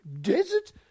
desert